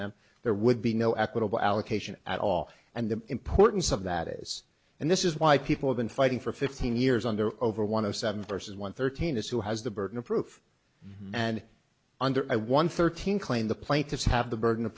them there would be no equitable allocation at all and the importance of that is and this is why people have been fighting for fifteen years under over one of seven vs one thirteen is who has the burden of proof and under i won thirteen claim the plaintiffs have the burden of